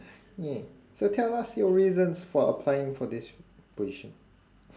yeah so tell us your reasons for applying for this position